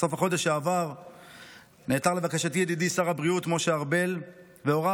בסוף החודש שעבר נעתר לבקשתי ידידי שר הבריאות משה ארבל והורה